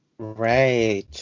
Right